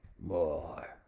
More